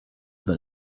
that